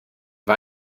war